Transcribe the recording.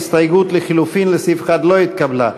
ההסתייגות לחלופין לסעיף 1 לא התקבלה.